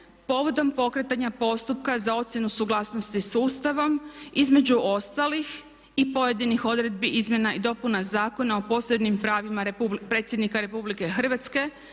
povodom pokretanja postupka za ocjenu suglasnosti sa Ustavom između ostalih i pojedinih odredbi izmjena i dopuna Zakona o posebnim pravima predsjednika Republike Hrvatske